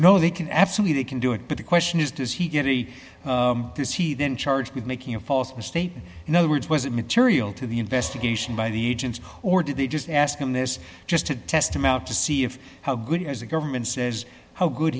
no they can absolutely they can do it but the question is does he get a does he then charged with making a false statement you know which wasn't material to the investigation by the agents or did they just ask him this just to test them out to see if how good as a government says how good